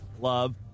love